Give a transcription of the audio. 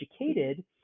educated